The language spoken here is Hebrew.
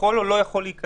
"יכול או לא יכול להיכנס".